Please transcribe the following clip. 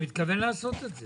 אני מתכוון לעשות את זה.